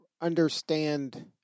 understand